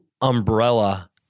umbrella